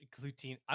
gluten